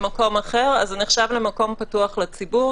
במקום אחר זה נחשב למקום פתוח לציבור,